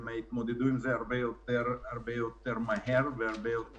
הם התמודדו עם זה הרבה יותר מהר והרבה יותר...